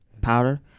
powder